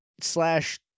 slash